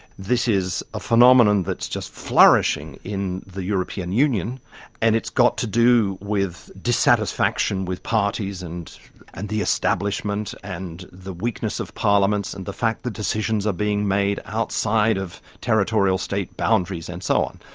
this is a phenomenon that's just flourishing in the european union and it's got to do with dissatisfaction with parties and and the establishment and the weakness of parliaments and the fact that decisions are being made outside of territorial state boundaries and so on.